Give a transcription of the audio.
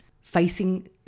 facing